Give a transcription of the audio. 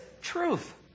truth